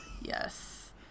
Yes